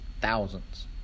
Thousands